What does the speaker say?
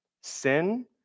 sin